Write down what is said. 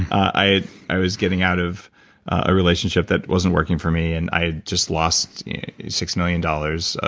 i i was getting out of a relationship that wasn't working for me, and i had just lost six million dollars. ah